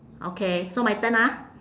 okay so my turn ah